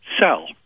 sell